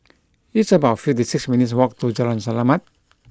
it's about fifty six minutes' walk to Jalan Selamat